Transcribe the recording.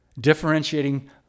differentiating